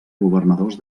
governadors